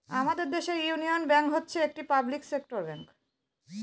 আমাদের দেশের union bank হচ্ছে একটি পাবলিক সেক্টর ব্যাঙ্ক